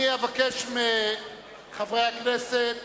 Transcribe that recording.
אני אבקש מחברי הכנסת,